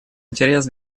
интерес